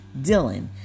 Dylan